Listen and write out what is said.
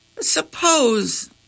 suppose